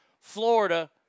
Florida